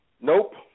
Nope